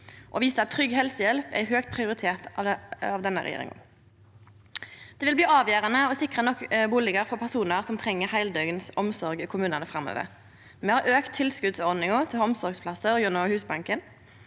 og viser at trygg helsehjelp er høgt prioritert av denne regjeringa. Det vil bli avgjerande å sikre nok bustader for personar som treng heildøgns omsorg i kommunane framover. Me har auka tilskotsordninga til omsorgsplassar gjennom Husbanken.